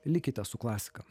likite su klasika